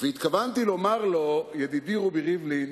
התכוונתי לומר לו: ידידי רובי ריבלין,